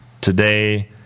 today